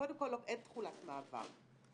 אין תחולת מעבר.